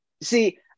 see